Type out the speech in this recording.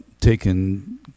taken